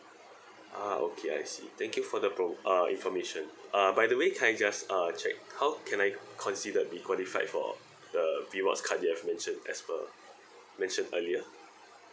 ah okay I see thank you for the pro~ uh information uh by the way can I just uh check how can I considered be qualified for the rewards card you have mentioned as per mentioned earlier